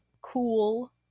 cool